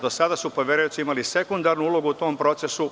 Do sada su poverioci imali sekundarnu ulogu u tom procesu.